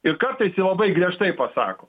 ir kartais labai griežtai pasako